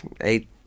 eight